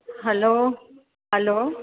hello hello